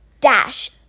dash